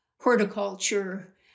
horticulture